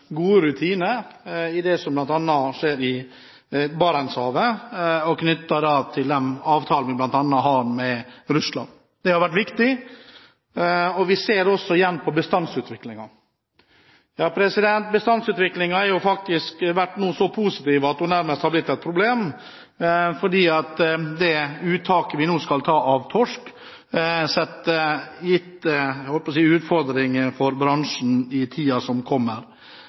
gode rutiner for det som bl.a. skjer i Barentshavet i forbindelse med de avtalene vi bl.a. har med Russland. Det har vært viktig. Vi ser også igjen på bestandsutviklingen. Bestandsutviklingen har nå vært så positiv at den nærmest er blitt et problem, fordi det uttaket vi nå skal ta av torsk, gir utfordringer – hadde jeg nær sagt – for bransjen i tiden som kommer.